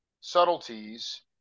subtleties